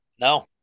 No